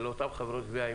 של אותן חברות גבייה,